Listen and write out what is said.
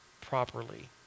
properly